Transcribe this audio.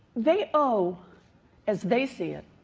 they owe as they see it,